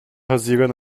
haziran